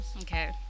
okay